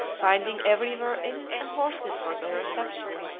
finding everywhere inns and horses for their reception.